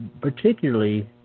particularly